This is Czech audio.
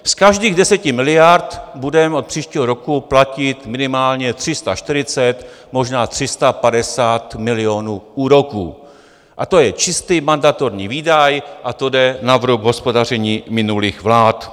Z každých 10 miliard budeme od příštího roku platit minimálně 340, možná 350 milionů úroků, a to je čistý mandatorní výdaj, to jde na vrub hospodaření minulých vlád.